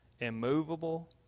immovable